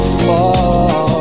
fall